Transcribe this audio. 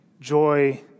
joy